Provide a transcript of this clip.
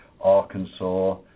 Arkansas